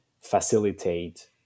facilitate